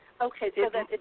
Okay